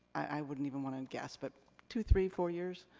i wouldn't even wanna and guess, but two, three, four years.